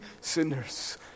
sinners